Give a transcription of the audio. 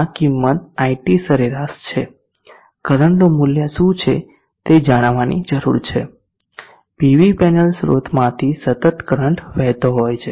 આ કિમત iT સરેરાશ છેકરંટનું મૂલ્ય શું છે તે જાણવાની જરૂર છે પીવી પેનલ સ્રોતમાંથી સતત કરંટ વહેતો હોય છે